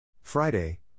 Friday